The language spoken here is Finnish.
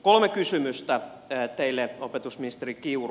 kolme kysymystä teille opetusministeri kiuru